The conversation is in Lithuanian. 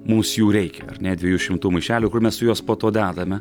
mūms jų reikia ar ne dviejų šimtų maišelių kur mes juos po to dedame